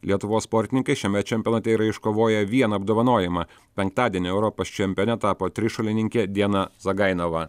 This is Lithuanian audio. lietuvos sportininkai šiame čempionate yra iškovoję vieną apdovanojimą penktadienį europos čempione tapo trišuolininkė diana zagainova